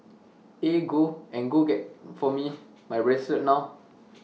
eh go and get for me my bracelet now